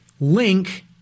link